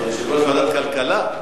ועוד יושב-ראש ועדת כלכלה.